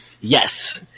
yes